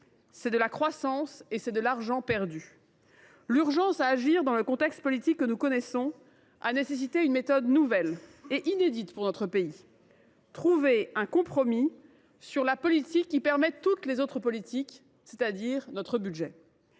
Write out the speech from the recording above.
c’est de la croissance et de l’argent perdus. L’urgence à agir dans le contexte politique que nous connaissons a nécessité une méthode nouvelle et inédite pour notre pays : trouver un compromis sur l’objet dont découlent toutes les politiques, c’est à dire sur notre budget.